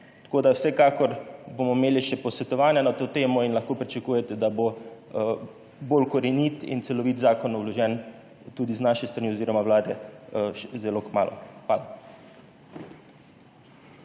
kmalu. Vsekakor bomo imeli še posvetovanja na to temo in lahko pričakujete, da bo bolj korenit in celovit zakon vložen tudi z naše strani oziroma Vlade zelo kmalu.